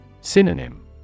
Synonym